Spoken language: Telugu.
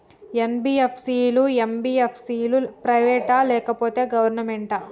ఎన్.బి.ఎఫ్.సి లు, ఎం.బి.ఎఫ్.సి లు ప్రైవేట్ ఆ లేకపోతే గవర్నమెంటా?